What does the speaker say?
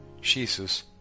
Jesus